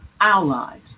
allies